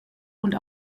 und